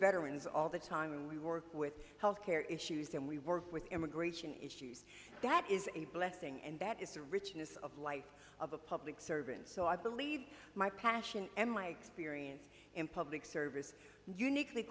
veterans all the time and we work with health care issues and we work with immigration issues that is a blessing and that is the richness of life of a public servant so i believe my passion and my experience in public service uniquely